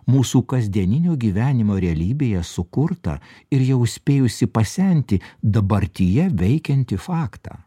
mūsų kasdieninio gyvenimo realybėje sukurtą ir jau spėjusį pasenti dabartyje veikiantį faktą